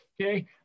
okay